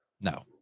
no